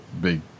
big